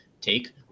take